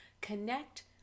connect